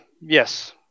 Yes